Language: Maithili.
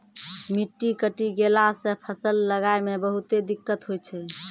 मिट्टी कटी गेला सॅ फसल लगाय मॅ बहुते दिक्कत होय छै